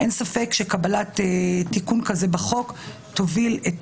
אין ספק שקבלת תיקון כזה בחוק תוביל את